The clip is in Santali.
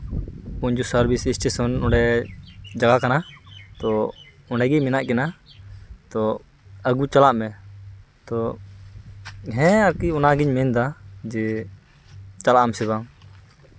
ᱯᱚᱧᱡᱩ ᱥᱟᱨᱵᱷᱤᱥ ᱮᱥᱴᱮᱥᱚᱱ ᱚᱸᱰᱮ ᱪᱟᱞᱟᱜ ᱠᱟᱱᱟ ᱛᱚ ᱚᱸᱰᱮᱜᱮ ᱢᱮᱱᱟᱜ ᱠᱤᱱᱟ ᱛᱚ ᱟᱹᱜᱩ ᱪᱟᱞᱟᱜ ᱢᱮ ᱛᱚ ᱦᱮᱸ ᱟᱨᱠᱤ ᱚᱱᱟᱜᱤᱧ ᱢᱮᱱᱫᱟ ᱡᱮ ᱪᱟᱞᱟᱜ ᱟᱢ ᱥᱮ ᱵᱟᱝ